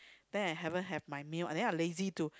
then I haven't have my meal then I lazy to